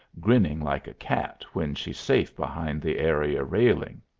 grinning like a cat when she's safe behind the area railing.